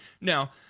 Now